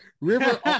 River